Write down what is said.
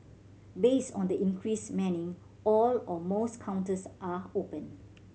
based on the increased manning all or most counters are open